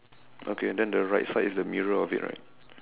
okay then the right side is the mirror of it right